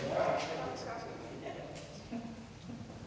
Tak